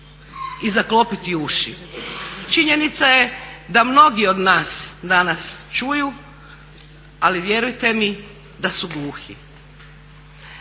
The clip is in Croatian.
i zaklopiti uši. Činjenica je da mnogi od nas danas čuju ali vjerujte mi da su gluhi.